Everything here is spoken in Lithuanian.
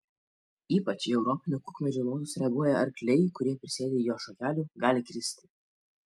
ypač į europinio kukmedžio nuodus reaguoja arkliai kurie prisiėdę jo šakelių gali kristi